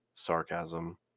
sarcasm